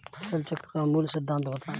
फसल चक्र का मूल सिद्धांत बताएँ?